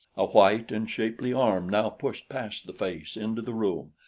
a white and shapely arm now pushed past the face into the room,